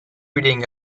reading